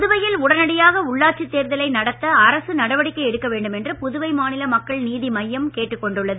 புதுவையில் உடனடியாக உள்ளாட்சித் தேர்தலை நடத்த அரசு நடவடிக்கை எடுக்க வேண்டும் என்று புதுவை மாநில மக்கள் நீதிமய்யம் கேட்டுக் கொண்டுள்ளது